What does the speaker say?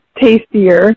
tastier